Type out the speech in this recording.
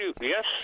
Yes